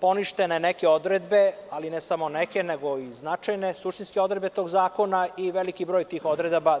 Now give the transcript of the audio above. poništene neke odredbe, ali ne samo neke nego značajne, suštinske odredbe tog zakona i veliki broj tih odredaba, 22.